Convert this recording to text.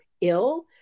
ill